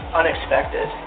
unexpected